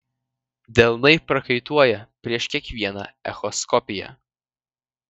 delnai prakaituoja prieš kiekvieną echoskopiją